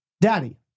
daddy